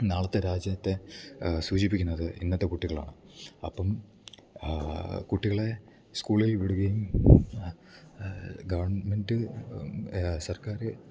നാളത്തെ രാജ്യത്തെ സൂചിപ്പിക്കുന്നത് ഇന്നത്തെ കുട്ടികളാണ് അപ്പം കുട്ടികളെ സ്കൂളിൽ വിടുകെയും ഗെവൺമെൻറ്റ് സർക്കാര് ഗെവൺ